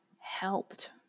helped